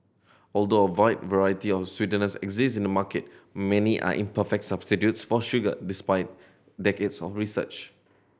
although a wide variety of sweeteners exist in the market many are imperfect substitutes for sugar despite decades of research